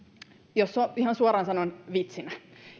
jos ihan suoraan sanon vitsinä